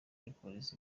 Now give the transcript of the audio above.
records